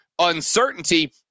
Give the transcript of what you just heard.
uncertainty